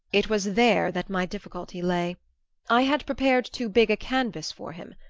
it was there that my difficulty lay i had prepared too big a canvas for him.